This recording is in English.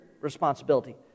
responsibility